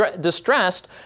distressed